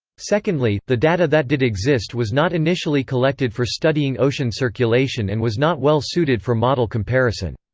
secondly, the data that did exist was not initially collected for studying ocean circulation and was not well suited for model comparison.